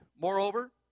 Moreover